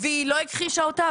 והיא לא הכחישה אותה,